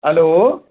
hello